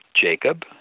Jacob